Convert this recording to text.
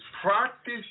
Practice